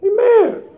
Amen